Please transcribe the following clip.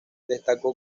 destacó